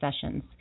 sessions